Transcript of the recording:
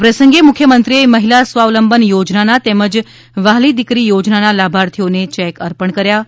આ પ્રસંગે મુખ્યમંત્રીએ મહિલા સ્વાવલંબન યોજનાના તેમજ વ્હાલી દીકરી યોજનાના લાભાર્થીઓને ચેક અર્પણ કર્યા હતા